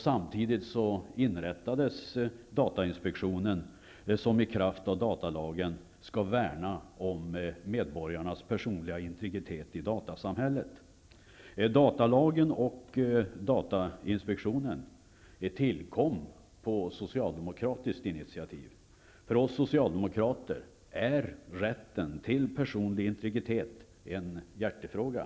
Samtidigt inrättades datainspektionen som i kraft av datalagen skall värna om medborgarnas personliga integritet i datasamhället. Datalagen och datainspektion tillkom på socialdemokratiskt initiativ. För oss socialdemokrater är rätten till personlig integritet en hjärtefråga.